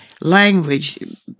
language